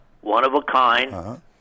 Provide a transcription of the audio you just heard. one-of-a-kind